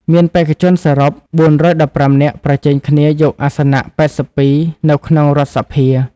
មានបេក្ខជនសរុប ៤១៥ នាក់ប្រជែងគ្នាយកអាសនៈ ៨២ នៅក្នុងរដ្ឋសភា។